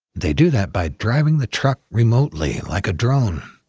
they do that by driving the truck remotely, like a drone.